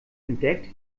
entdeckt